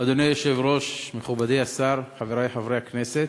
אדוני היושב-ראש, מכובדי השר, חברי חברי הכנסת,